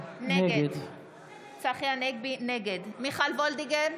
נגד מיכל וולדיגר,